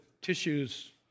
tissues